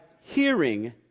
hearing